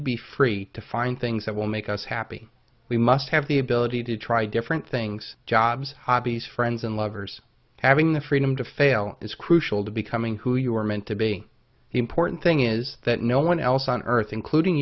to be free to find things that will make us happy we must have the ability to try different things jobs hobbies friends and lovers having the freedom to fail is crucial to becoming who you are meant to be the important thing is that no one else on earth including